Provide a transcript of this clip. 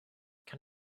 can